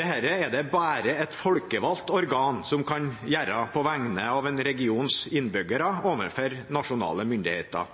er det bare et folkevalgt organ som kan gjøre på vegne av en regions innbyggere overfor nasjonale myndigheter.